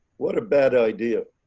what a bad idea.